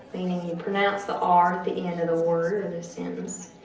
meaning you pronounce the r at the end of the word or the sentence.